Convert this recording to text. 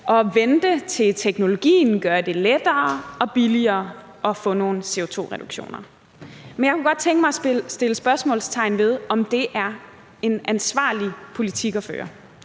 at vente, til teknologien gør det lettere og billigere at få nogle CO2-reduktioner. Men jeg kunne godt tænke mig at sætte spørgsmålstegn ved, om det er en ansvarlig politik at føre,